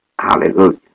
Hallelujah